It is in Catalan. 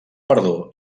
perdó